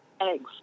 eggs